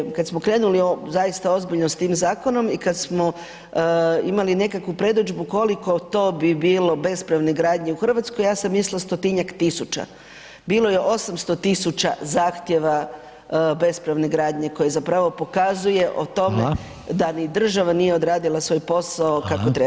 Kad je, kad smo krenuli zaista ozbiljno s tim zakonom i kad smo imali nekakvu predodžbu koliko to bi bilo bespravne gradnje u Hrvatskoj, ja sam mislila 100-tinjak tisuća, bilo je 800.000 zahtjeva bespravne gradnje koje zapravo pokazuje o tome da ni država nije odradila svoj posao kako treba.